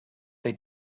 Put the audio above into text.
they